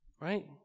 right